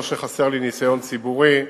לא שחסר לי ניסיון ציבורי,